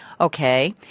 okay